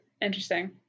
Interesting